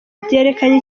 byerekanye